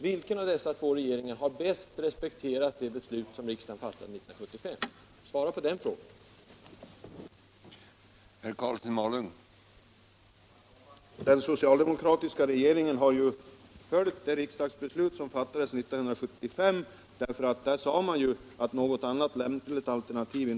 Vilken av dessa två regeringar har bäst respekterat det beslut som riksdagen fattade 1975? Svara på den frågan, herr Karlsson!